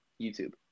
YouTube